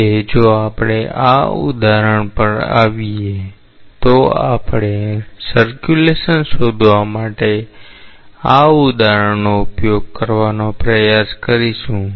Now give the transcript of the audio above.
હવે જો આપણે આ ઉદાહરણ પર આવીએ તો આપણે પરિભ્રમણ શોધવા માટે આ ઉદાહરણનો ઉપયોગ કરવાનો પ્રયાસ કરીશું